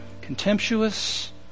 contemptuous